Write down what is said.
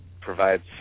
provides